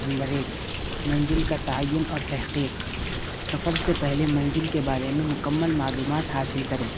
number ایک منزل کا تعین اور تحقیق سفر سے پہلے منزل کے بارے میں مکمل معلومات حاصل کریں